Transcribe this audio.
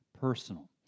personal